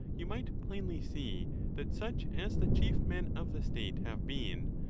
you might plainly see that such as the chief men of the state have been,